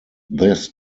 this